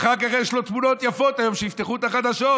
ואחר כך יש לו תמונות יפות, שיפתחו את החדשות,